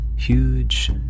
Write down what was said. huge